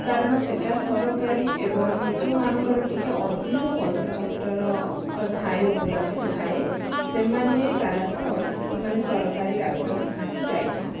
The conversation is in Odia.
କାରଣ ସେଇଟା ସରକାରୀ ଏବଂ ଯେଉଁମାନଙ୍କର ଟିକେ ଅଧିକ ପଇସା ପତ୍ରର ଥାଏ ଉପଲବ୍ଧ ଥାଏ ସେମାନେ ପ୍ରାୟତଃ ଅଧିକ ମାନେ ସରକାରୀ ଡାକ୍ତରଖାନାକୁ ଯାଇଥାନ୍ତି